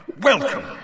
welcome